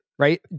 Right